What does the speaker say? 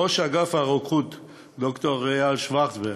ראש אגף הרוקחות ד"ר אייל שוורצברג,